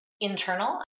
internal